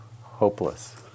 hopeless